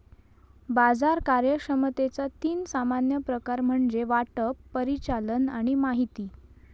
बाजार कार्यक्षमतेचा तीन सामान्य प्रकार म्हणजे वाटप, परिचालन आणि माहिती